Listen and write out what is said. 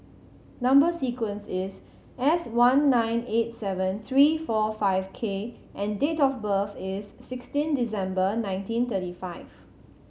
number sequence is S one nine eight seven three four five K and date of birth is sixteen December nineteen thirty five